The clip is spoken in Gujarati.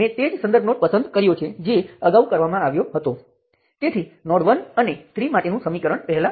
મારો મતલબ એ છે કે હું એક જ સર્કિટને બે અલગ અલગ રીતે દોરું અને શાખાઓને પણ ઓળખું